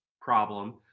problem